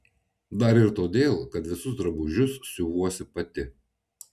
dar ir todėl kad visus drabužius siuvuosi pati